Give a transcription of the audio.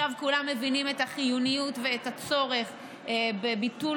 ועכשיו כולם מבינים את החיוניות ואת הצורך בביטול